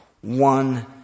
one